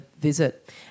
visit